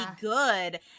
good